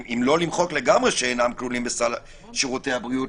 אם לא למחוק לגמרי: שאינם כלולים בסל שירותי הבריאות,